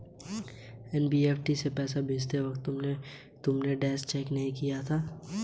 NEFT से पैसा भेजते वक्त तुमको मेरे बैंक का आई.एफ.एस.सी कोड भी डालना होगा